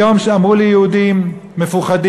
היום אמרו לי יהודים מפוחדים: